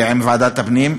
עם ועדת הפנים.